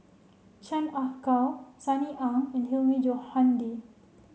Chan Ah Kow Sunny Ang and Hilmi Johandi